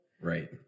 Right